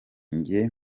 njye